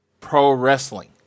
Pro-wrestling